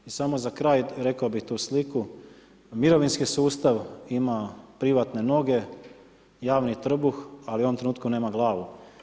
I samo za kraj, rekao bih tu sliku, mirovinski sustav ima privatne noge, javni trbuh ali u ovom trenutku nema glavu.